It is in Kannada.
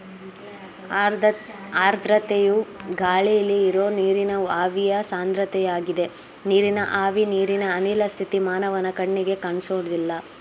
ಆರ್ದ್ರತೆಯು ಗಾಳಿಲಿ ಇರೋ ನೀರಿನ ಆವಿಯ ಸಾಂದ್ರತೆಯಾಗಿದೆ ನೀರಿನ ಆವಿ ನೀರಿನ ಅನಿಲ ಸ್ಥಿತಿ ಮಾನವನ ಕಣ್ಣಿಗೆ ಕಾಣ್ಸೋದಿಲ್ಲ